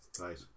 Right